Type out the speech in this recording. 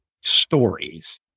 stories